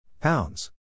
Pounds